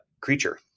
creature